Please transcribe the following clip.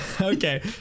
Okay